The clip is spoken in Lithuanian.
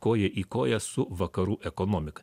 koja į koją su vakarų ekonomika